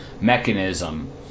mechanism